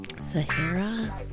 Sahara